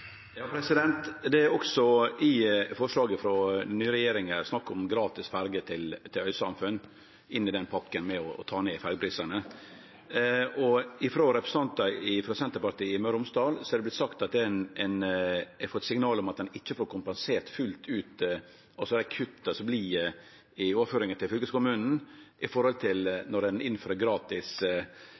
forslaget frå den nye regjeringa – i pakka med å ta ned ferjeprisane – snakk om gratis ferje til øysamfunn. Frå representantar frå Senterpartiet i Møre og Romsdal er det vorte sagt at ein har fått signal om at ein ikkje får kompensert fullt ut dei kutta som vert i overføringane til fylkeskommunen. Når ein innfører gratis ferje til øysamfunna, vil jo billettinntektene forsvinne, og med det ein